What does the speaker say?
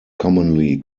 commonly